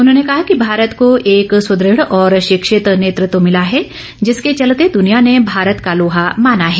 उन्होंने कहा कि भारत को एक सुदृढ़ और शिक्षित नेतृत्व मिला है जिसके चलते दुनिया ने भारत का लोहा माना है